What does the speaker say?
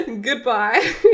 Goodbye